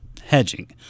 hedging